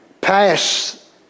pass